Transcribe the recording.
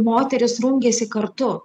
moterys rungėsi kartu